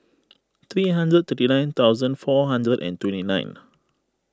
three hundred thirty nine thousand four hundred and twenty nine